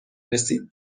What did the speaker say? رسید